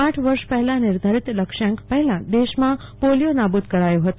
આઠ વર્ષ પહેલા નિર્ધારીત લક્ષ્યાંક પહેલા દેશમાં પોલીયો નાબુદ કરાયો હતો